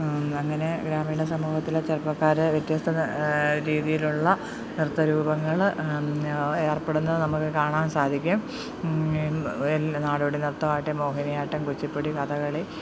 അങ്ങനെ ഗ്രാമീണ സമൂഹത്തിലെ ചെറുപ്പക്കാർ വ്യത്യസ്ത രീതിയിലുള്ള നൃത്തരൂപങ്ങൾ ഏർപ്പെടുന്ന നമുക്ക് കാണാൻ സാധിക്കും എല്ലാ നാടോടി നൃത്തമാവട്ടെ മോഹിനിയാട്ടം കുച്ചിപ്പുടി കഥകളി